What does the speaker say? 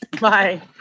Bye